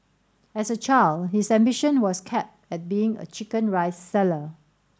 as a child his ambition was capped at being a chicken rice seller